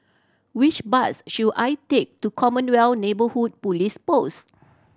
which bus should I take to Commonwealth Neighbourhood Police Post